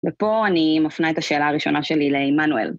ופה אני... מפנה את השאלה הראשונה שלי לעמנואל.